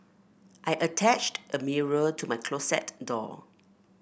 I attached a mirror to my closet door